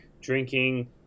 drinking